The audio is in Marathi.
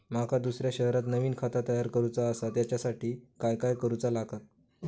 माका दुसऱ्या शहरात नवीन खाता तयार करूचा असा त्याच्यासाठी काय काय करू चा लागात?